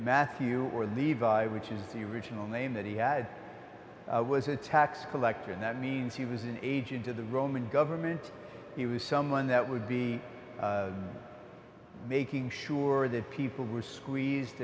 matthew or levi which is the original name that he had was a tax collector and that means he was an agent of the roman government he was someone that would be making sure that people were squeezed